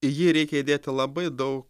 į jį reikia įdėti labai daug